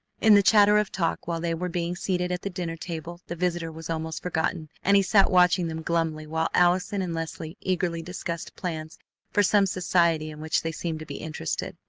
in the chatter of talk while they were being seated at the dinner table the visitor was almost forgotten, and he sat watching them glumly while allison and leslie eagerly discussed plans for some society in which they seemed to be interested.